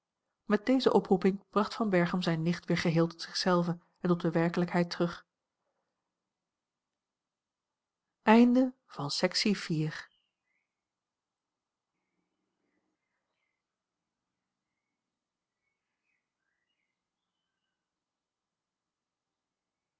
met deze oproeping bracht van berchem zijne nicht weer geheel tot zich zelve en tot de werkelijkheid terug